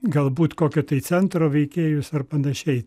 galbūt kokio tai centro veikėjus ar panašiai